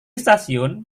stasiun